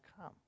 come